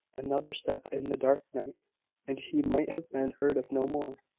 another step in the dark and he might have been heard of no more!